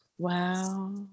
Wow